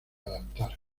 adaptar